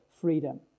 freedom